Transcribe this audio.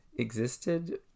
existed